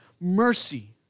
Mercy